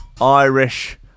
Irish